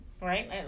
right